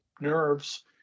nerves